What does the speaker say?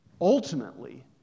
ultimately